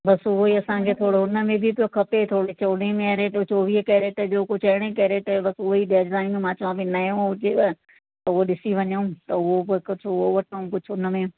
बसि उहेई असांखे थोरो उनमें बि तो खपे चोॾहं मेरे जो चोवीह कैरेट जो कुझु अरिड़हं कैरेट जो बसि उहेई डिजाइन मां चवा पई नयो हुजे उहो ॾिसी वञू त हूअ बि कुझु उहो वठूं कुझु उनमें